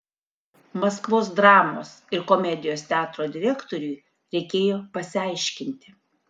maskvos dramos ir komedijos teatro direktoriui reikėjo pasiaiškinti